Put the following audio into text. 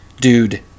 Dude